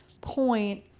point